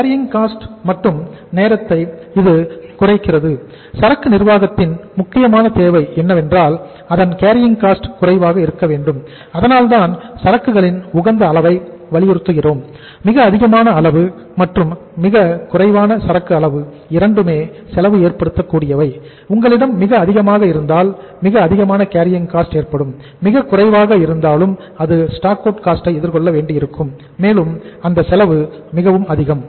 carrying cost ஐ எதிர்கொள்ள வேண்டியிருக்கும் மேலும் அந்த செலவு மிக அதிகம்